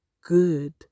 good